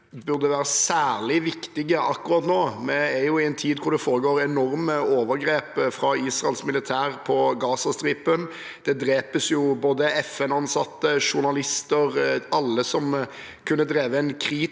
som burde være særlig viktige akkurat nå. Vi er i en tid da det foregår enorme overgrep fra Israels militære på Gazastripen. Det drepes både FN-ansatte og journalister, og alle som kunne drevet en kritisk